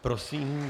Prosím.